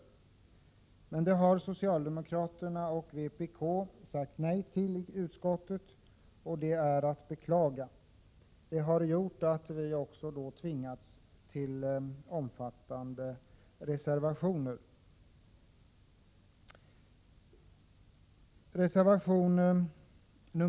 Detta har emellertid socialdemokraterna och vpk i utskottet sagt nej till, vilket är att beklaga. Det har gjort att vi också från centerns sida tvingats att reservera oss på väsentliga punkter i betänkandet.